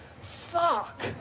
fuck